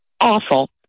awful